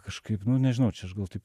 kažkaip nu žinau čia aš gal taip